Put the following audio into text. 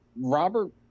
Robert